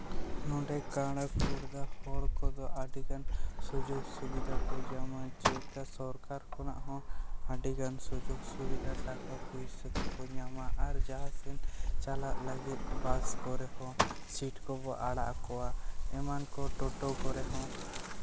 ᱱᱚᱰᱮ ᱠᱟᱬᱟ ᱠᱷᱚᱲᱫᱟ ᱦᱚᱲ ᱠᱚᱫᱚ ᱟᱹᱰᱤᱜᱟᱱ ᱥᱩᱡᱳᱜᱽ ᱥᱩᱵᱤᱫᱟ ᱠᱚ ᱧᱟᱢᱟ ᱪᱮᱫᱞᱮᱠᱟ ᱥᱚᱨᱠᱟᱨ ᱠᱷᱚᱱᱟᱜ ᱦᱚᱸ ᱟᱹᱰᱤᱜᱟᱱ ᱥᱩᱡᱳᱜᱽ ᱥᱩᱵᱤᱫᱟ ᱴᱟᱠᱟ ᱯᱚᱭᱥᱟᱹ ᱠᱚᱠᱚ ᱧᱟᱢᱟ ᱟᱨ ᱡᱟᱦᱟᱸ ᱥᱮᱱ ᱪᱟᱞᱟᱜ ᱞᱟᱹᱜᱤᱫ ᱵᱟᱥ ᱠᱚᱨᱮ ᱦᱚᱸ ᱥᱤᱴ ᱠᱚᱠᱚ ᱟᱲᱟᱜ ᱟᱠᱚᱣᱟ ᱮᱢᱟᱱ ᱠᱚ ᱴᱳᱴᱳ ᱠᱚᱨᱮ ᱦᱚᱸ